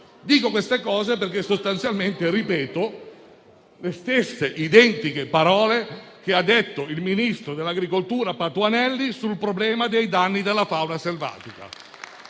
Dico queste cose ripetendo sostanzialmente le stesse parole che ha detto il ministro dell'agricoltura Patuanelli sul problema dei danni della fauna selvatica.